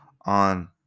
on